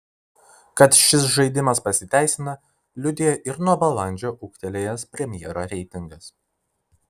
kad šis žaidimas pasiteisina liudija ir nuo balandžio ūgtelėjęs premjero reitingas